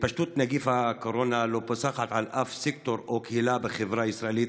התפשטות נגיף הקורונה לא פוסחת על אף סקטור או קהילה בחברה הישראלית,